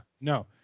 No